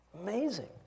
Amazing